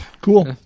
cool